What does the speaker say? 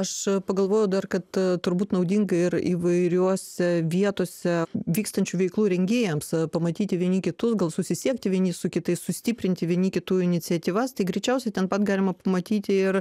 aš a pagalvojau kad a turbūt naudinga ir įvairiuose vietose vykstančių veiklų rengėjams a pamatyti vieni kitus gal susisiekti vieni su kitais sustiprinti vieni kitų iniciatyvas tai greičiausiai ten pat galima pamatyti ir